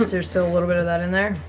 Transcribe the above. is there still a little bit of that in there?